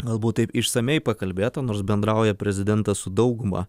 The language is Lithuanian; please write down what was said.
galbūt taip išsamiai pakalbėta nors bendrauja prezidentas su dauguma